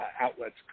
outlets